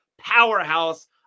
powerhouse